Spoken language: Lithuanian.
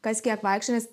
kas kiek vaikščiojęs